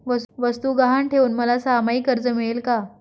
वस्तू गहाण ठेवून मला सहामाही कर्ज मिळेल का?